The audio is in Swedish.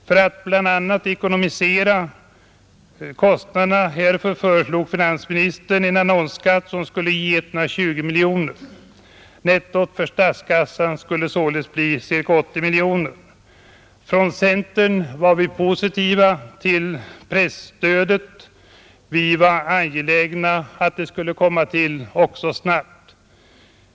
För att bl.a. ekonomisera kostnaderna härför ville finansministern införa en annonsskatt, som skulle ge 120 miljoner kronor. Nettot för statskassan skulle således bli ca 80 miljoner kronor. Från centern var vi positiva till presstödet. Vi var också angelägna om att det skulle komma till snabbt.